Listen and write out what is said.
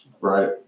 right